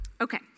Okay